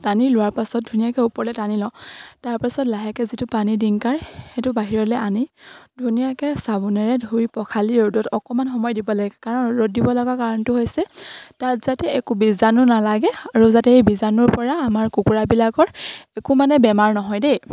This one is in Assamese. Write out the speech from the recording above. টানি লোৱাৰ পাছত ধুনীয়াকে ওপৰলে টানি লওঁ তাৰপাছত লাহেকে যিটো পানী ডিংকাৰ সেইটো বাহিৰলে আনি ধুনীয়াকে চাবোনেৰে ধুই পখালি ৰ'দত অকমান সময় দিব লাগে কাৰণ ৰ'দ দিব লগা কাৰণটো হৈছে তাত যাতে একো বীজাণু নালাগে আৰু যাতে এই বীজাণুৰ পৰা আমাৰ কুকুৰাবিলাকৰ একো মানে বেমাৰ নহয় দেই